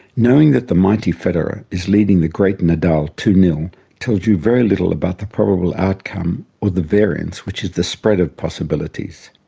knowing that the mighty federer is leading the great nadal two zero tells you very little about the probable outcome or the variance, which is the spread of possibilities.